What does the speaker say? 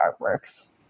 artworks